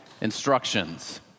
instructions